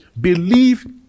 believe